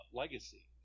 legacy